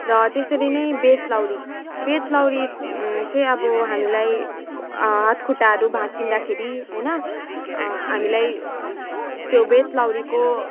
र त्यसरी नै बेतलौरी बेतलौरी चाहिँ अब हामीलाई हाथ खुट्टाहरू भाचिँदाखेरि होइन हामीलाई त्यो बेतलौरीको